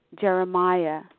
Jeremiah